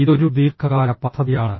ഇതൊരു ദീർഘകാല പദ്ധതിയാണ്